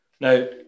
Now